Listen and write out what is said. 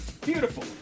Beautiful